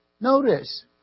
Notice